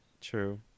true